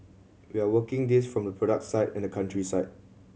we are working this from the product side and the country side